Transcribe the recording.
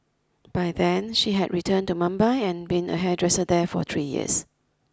by then she had returned to Mumbai and been a hairdresser there for three years